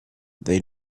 they